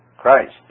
Christ